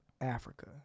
africa